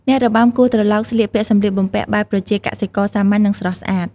អ្នករបាំគោះត្រឡោកស្លៀកពាក់សម្លៀកបំពាក់បែបប្រជាកសិករសាមញ្ញ និងស្រស់ស្អាត។